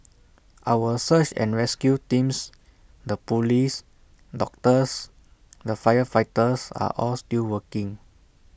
our search and rescue teams the Police doctors the firefighters are all still working